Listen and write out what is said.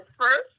first